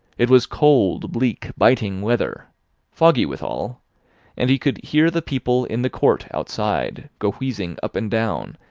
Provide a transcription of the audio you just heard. it was cold, bleak, biting weather foggy withal and he could hear the people in the court outside, go wheezing up and down,